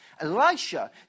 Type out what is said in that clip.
Elisha